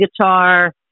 guitar